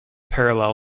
parallel